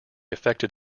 affected